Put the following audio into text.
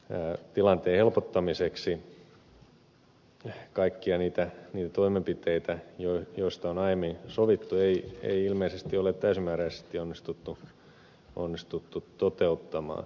pertti laanti siitä että kaikkia niitä toimenpiteitä joista on aiemmin sovittu ruuhkautuneiden käräjäoikeuksien tilanteen helpottamiseksi ei ilmeisesti ole täysimääräisesti onnistuttu toteuttamaan